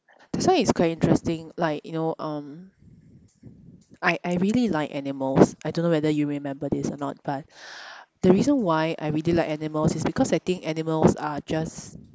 that's why it's quite interesting like you know um I I really like animals I don't know whether you remember this or not but the reason why I really like animals is because I think animals are just